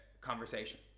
conversation